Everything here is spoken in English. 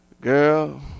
Girl